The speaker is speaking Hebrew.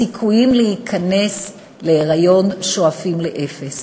הסיכויים להיכנס להיריון שואפים לאפס.